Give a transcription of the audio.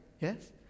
Yes